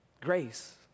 grace